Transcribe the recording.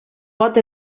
pot